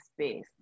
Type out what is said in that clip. space